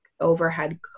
overhead